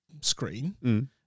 screen